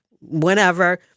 whenever